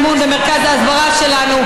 אמון במרכז ההסברה שלנו.